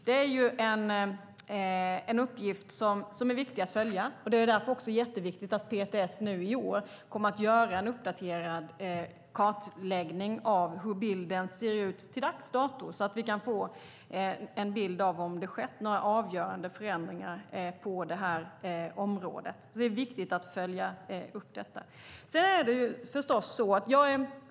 Det är en uppgift som är viktig att följa, och det är därför viktigt att PTS i år kommer att göra en uppdatering och kartläggning av hur bilden ser ut i dag så att vi kan få en bild av om det har skett några avgörande förändringar på det här området. Det är viktigt att följa upp detta.